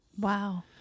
Wow